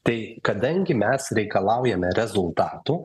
tai kadangi mes reikalaujame rezultatų